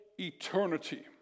eternity